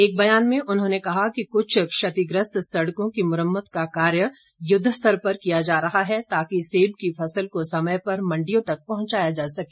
एक बयान में उन्होंने कहा कि कुछ क्षतिग्रस्त सड़कों की मुरम्मत का कार्य युद्धस्तर पर किया जा ताकि सेब की फसल को समय पर मंडियों तक पहुंचाया जा सके